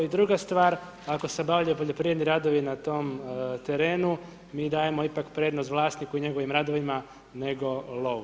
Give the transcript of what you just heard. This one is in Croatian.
I druga stvar, ako se obavljaju poljoprivredni radovi na tom terenu, mi dajemo ipak prednost vlasniku i njegovim radovima, nego lovu.